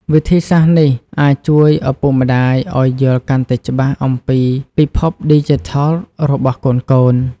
វិធីសាស្រ្តនេះអាចជួយឪពុកម្តាយឱ្យយល់កាន់តែច្បាស់អំពីពិភពឌីជីថលរបស់កូនៗ។